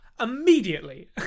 immediately